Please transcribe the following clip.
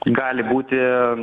gali būti